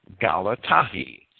Galatahi